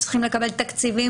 אתם צריכים לקבל תקציבים,